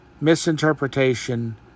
misinterpretation